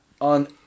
on